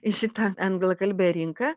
į šitą anglakalbę rinką